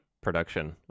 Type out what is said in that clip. production